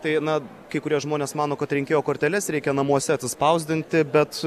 tai na kai kurie žmonės mano kad rinkėjo korteles reikia namuose atsispausdinti bet